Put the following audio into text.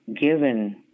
given